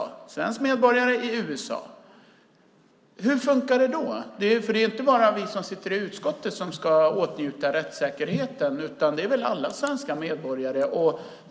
En svensk medborgare skickas till USA. Hur funkar det då? Det är ju inte bara vi som sitter i utskottet som ska åtnjuta rättssäkerhet utan alla svenska medborgare.